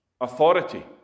authority